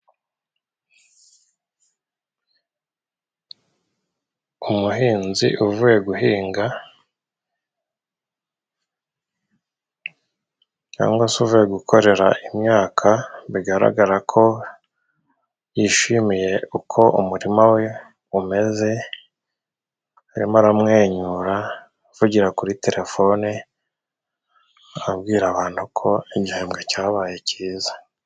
Umuhinzi uvuye guhinga cyangwa se uvuye gukorera imyaka, bigaragara ko yishimiye uko umurima we umeze. Arimo aramwenyura, avugira kuri terefone abwira abantu uko igihembwe cyabaye cyiza.